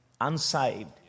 unsaved